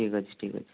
ଠିକ୍ଅଛି ଠିକ୍ଅଛି